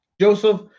Joseph